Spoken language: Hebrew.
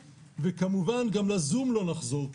וכמובן גם לזום לא נחזור,